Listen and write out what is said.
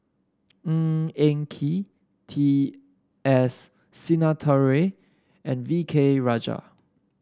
Ng Eng Kee T S Sinnathuray and V K Rajah